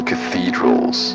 cathedrals